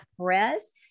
Perez